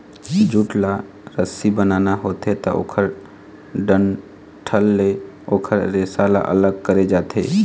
jute ल रस्सी बनाना होथे त ओखर डंठल ले ओखर रेसा ल अलग करे जाथे